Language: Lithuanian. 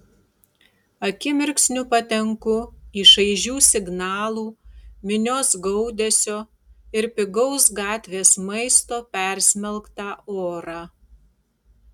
akimirksniu patenku į šaižių signalų minios gaudesio ir pigaus gatvės maisto persmelktą orą